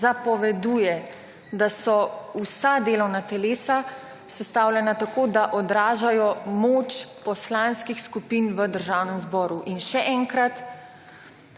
zapoveduje, da so vsa delovna telesa sestavljena tako, da odražajo moč poslanskih skupin v Državnem zboru. In še enkrat,